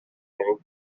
king